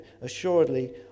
Assuredly